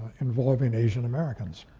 involving asian americans.